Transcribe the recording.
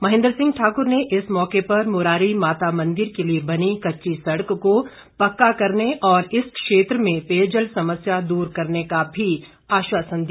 महेन्द्र सिंह ठाकुर ने इस मौके पर मुरारी माता मंदिर के लिए बनी कच्ची सड़क को पक्का करने और इस क्षेत्र में पेयजल समस्या दूर करने का भी आश्वासन दिया